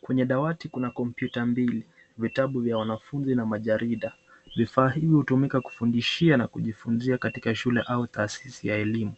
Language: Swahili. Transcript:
Kwenye dawati kuna kompyuta mbili, vitabu vya wanafunzi na majarida. Vifaa hivi hutumika kufundishia na kujifunzia katika shule au taasisi ya elimu.